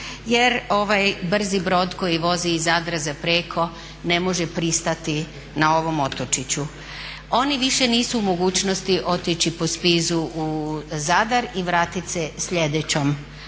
jer brzi brod koji vozi iz Zadra za Preko ne može pristati na ovom otočiću. Oni više nisu u mogućnosti otići po spizu u Zadar i vratit se sljedećom